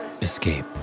escape